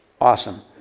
awesome